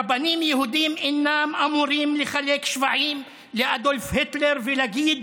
רבנים יהודים אינם אמורים לחלק שבחים לאדולף היטלר ולהגיד: